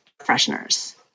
fresheners